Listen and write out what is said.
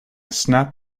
snapped